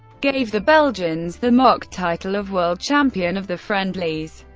gave the belgians the mock title of world champion of the friendlies.